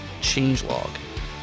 changelog